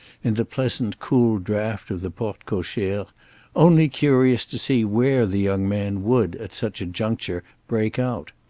in the pleasant cool draught of the porte-cochere only curious to see where the young man would, at such a juncture, break out.